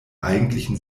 eigentlichen